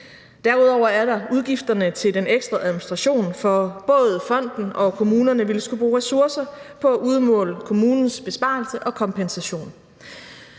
Derudover er der udgifterne til den ekstra administration, for både fonden og kommunerne ville skulle bruge ressourcer på at udmåle kommunens besparelse og kompensation.